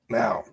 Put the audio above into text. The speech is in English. now